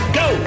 go